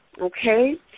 okay